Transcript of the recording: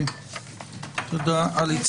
וגם